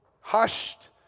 hushed